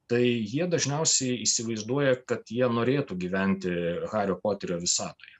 tai jie dažniausiai įsivaizduoja kad jie norėtų gyventi hario poterio visatoje